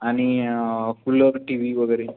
आणि cooler TV वगैरे